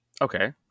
Okay